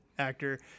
actor